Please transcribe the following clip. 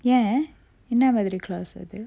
ஏன் என்னா மாதிரி:ean ennaa madiri claws அது:athu